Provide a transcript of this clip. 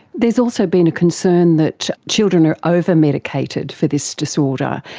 there has also been a concern that children are over-medicated for this disorder,